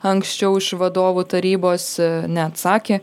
anksčiau iš vadovų tarybos neatsakė